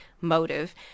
motive